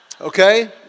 Okay